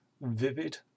vivid